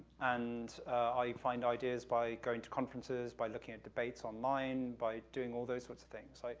and i find ideas by going to conferences, by looking at debates online, by doing all those sorts of things. like